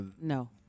No